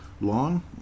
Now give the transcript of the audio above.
long